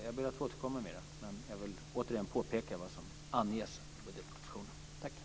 Jag ber att få återkomma med mera, men jag vill återigen påpeka vad som anges i budgetpropositionen.